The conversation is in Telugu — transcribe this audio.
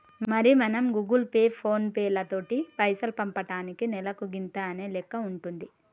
మరి మనం గూగుల్ పే ఫోన్ పేలతోటి పైసలు పంపటానికి నెలకు గింత అనే లెక్క ఉంటుంది